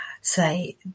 say